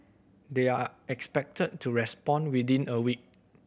they are expected to respond within a week